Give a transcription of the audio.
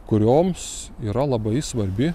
kurioms yra labai svarbi